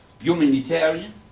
humanitarian